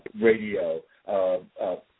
radio